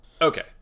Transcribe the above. okay